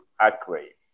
accurate